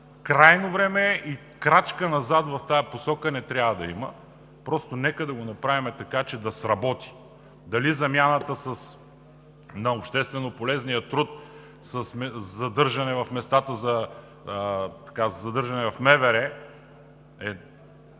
Крайно време е и крачка назад в тази посока не трябва да има, но нека да го направим така, че да сработи. Дали замяната на общественополезния труд с местата за задържане в МВР е